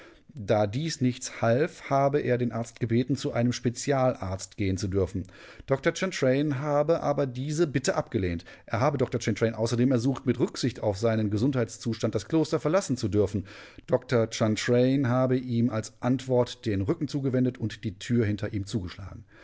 da dies nichts half habe er den arzt gebeten zu einem spezialarzt gehen zu dürfen dr chantraine habe aber diese bitte abgelehnt er habe dr chantraine außerdem ersucht mit rücksicht auf seinen gesundheitszustand das kloster verlassen zu dürfen dr chantraine habe ihm als antwort den rücken zugewendet und die tür hinter ihm zugeschlagen